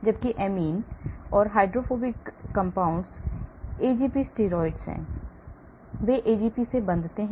जबकि amines and hydrophobic compounds AGP steroids हैं वे AGP से बंधते हैं